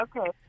Okay